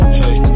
hey